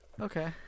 Okay